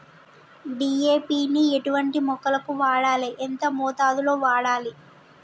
DAP ని ఎటువంటి మొక్కలకు వాడాలి? ఎంత మోతాదులో వాడాలి?